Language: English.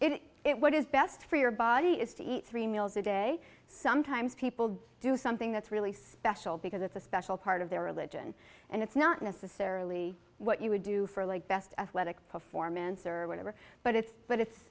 it what is best for your body is to eat three meals a day sometimes people do something that's really special because it's a special part of their religion and it's not necessarily what you would do for like best athletic performance or whatever but it's but it's